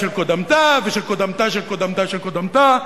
קודמתה ושל קודמתה של קודמתה של קודמתה,